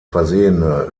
versehene